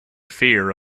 fear